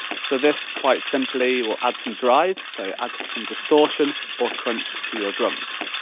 so, this quite simply will add some drive, so add some distortion, or crunch to your drums.